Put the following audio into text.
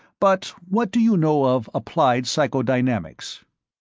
but what do you know of applied psychodynamics?